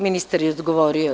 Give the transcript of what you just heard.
Ministar je samo odgovorio.